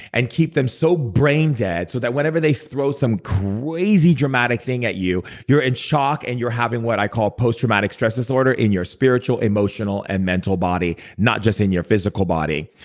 and keep them so brain dead so that, whenever they throw some crazy dramatic thing at you, you're in shock and you're having what i call post-traumatic stress disorder in your spiritual emotional and mental body, not just in your physical body.